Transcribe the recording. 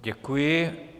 Děkuji.